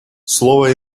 слово